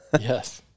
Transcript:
Yes